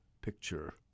picture